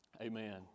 amen